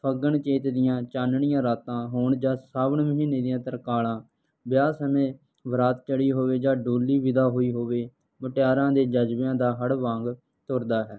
ਫੱਗਣ ਚੇਤ ਦੀਆਂ ਚਾਨਣੀਆਂ ਰਾਤਾਂ ਹੋਣ ਜਾਂ ਸਾਵਣ ਮਹੀਨੇ ਦੀਆਂ ਤਰਕਾਲਾਂ ਵਿਆਹ ਸਮੇਂ ਬਰਾਤ ਚੜ੍ਹੀ ਹੋਵੇ ਜਾਂ ਡੋਲੀ ਵਿਦਾ ਹੋਈ ਹੋਵੇ ਮੁਟਿਆਰਾਂ ਦੇ ਜਜ਼ਬਿਆਂ ਦਾ ਹੜ੍ਹ ਵਾਂਗ ਤੁਰਦਾ ਹੈ